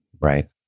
right